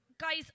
Guys